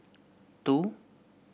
two